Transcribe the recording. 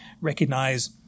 recognize